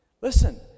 Listen